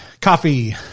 coffee